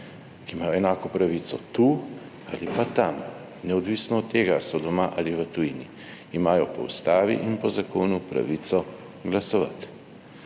ki imajo enako pravico tu ali pa tam, neodvisno od tega, ali so doma ali v tujini, imajo po Ustavi in po zakonu pravico glasovati